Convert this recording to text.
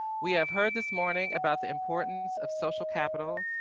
we have heard this morning about the importance of social capital,